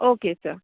okay sir